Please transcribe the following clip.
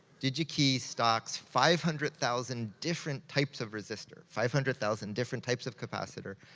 digi-key stocks five hundred thousand different types of resistor, five hundred thousand different types of capacitor,